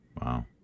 Wow